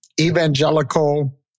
evangelical